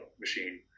machine